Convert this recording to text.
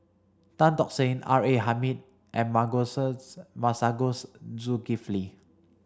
Tan Tock Seng R A Hamid and Masagos Zulkifli